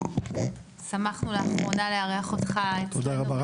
שמחנו לאחרונה לארח אותך אצלנו בכלא